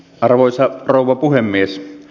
arvoisa rouva puhemies